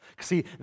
See